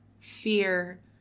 fear